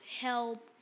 help